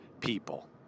people